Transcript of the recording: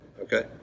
Okay